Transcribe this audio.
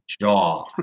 jaw